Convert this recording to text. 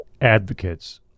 advocates